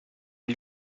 gli